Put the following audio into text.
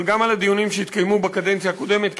אבל גם על הדיונים שהתקיימו בקדנציה הקודמת,